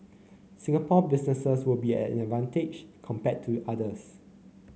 Singapore businesses will be at an advantage compared to others